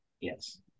Yes